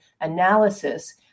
analysis